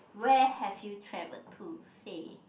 where have you travelled to say